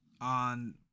on